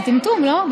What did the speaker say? זה טמטום, לא?